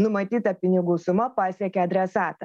numatyta pinigų suma pasiekė adresatą